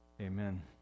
Amen